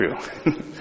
true